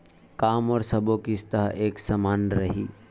का मोर सबो किस्त ह एक समान रहि?